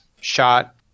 shot